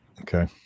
Okay